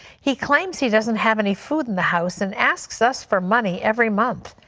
he claims he doesn't have any food in the house and asks us for money every month.